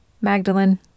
Magdalene